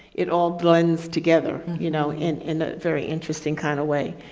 it all blends together, you know, in in a very interesting kind of way.